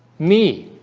me